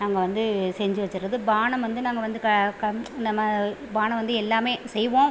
நாங்கள் வந்து செஞ்சு வச்சிடுறது பானம் வந்து நாங்கள் வந்து க நம்ம பானம் வந்து எல்லாமே செய்வோம்